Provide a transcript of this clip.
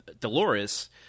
Dolores